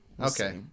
Okay